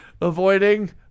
avoiding